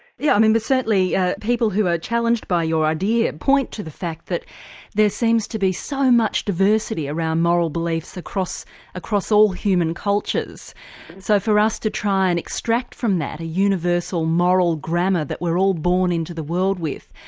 yeah, um and certainly people who are challenged by your idea point to the fact that there seems to be so much diversity around moral beliefs across across all human cultures so for us to try and extract from that a universal moral grammar that we're all born into the world with,